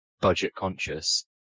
budget-conscious